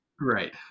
right